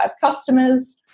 customers